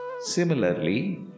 Similarly